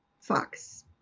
Fox